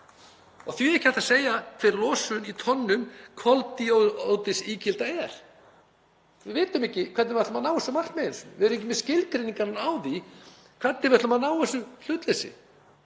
og því er ekki hægt að segja hver losun í tonnum koldíoxíðsígilda er. Við vitum ekki hvernig við ætlum að ná þessum markmiðum einu sinni, við erum ekki með skilgreininguna á því hvernig við ætlum að ná þessu hlutleysi.